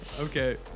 Okay